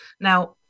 Now